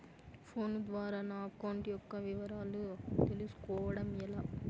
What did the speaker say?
Phone ద్వారా నా account యొక్క వివరాలు తెలుస్కోవడం ఎలా?